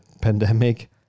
pandemic